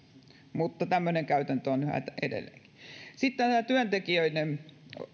mutta tämmöinen käytäntö on yhä edelleenkin sitten tämä työntekijöiden